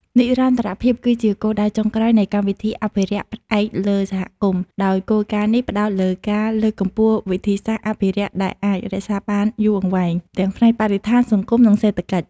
និរន្តរភាព គឺជាគោលដៅចុងក្រោយនៃកម្មវិធីអភិរក្សផ្អែកលើសហគមន៍ ដោយគោលការណ៍នេះផ្ដោតលើការលើកកម្ពស់វិធីសាស្រ្តអភិរក្សដែលអាច រក្សាបានយូរអង្វែង ទាំងផ្នែកបរិស្ថាន សង្គម និងសេដ្ឋកិច្ច។